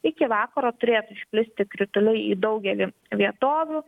iki vakaro turėtų išplisti krituliai į daugelį vietovių